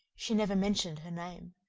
she never mentioned her name.